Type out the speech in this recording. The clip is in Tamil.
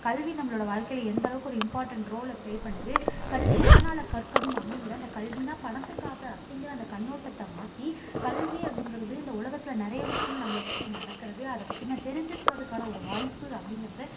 கல்வி நம்மளோடய வாழ்க்கையில் எந்தளவுக்கு ஒரு இம்பார்ட்டெண்ட் ரோலை ப்ளே பண்ணுது கல்வி எதனால் கற்கணும் அப்படிங்கிற அந்த கல்வினா பணத்துக்காக அப்படிங்கிற அந்த கண்ணோட்டத்தை மாற்றி கல்வி அப்டிங்கிறது இந்த உலகத்தில் நிறைய விஷயங்கள் நம்மளை சுற்றி நடக்கிறது அதை பத்தி தெரிஞ்சிக்கிறதுக்கான ஒரு வாய்ப்பு அப்படிங்கிறத